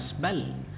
bell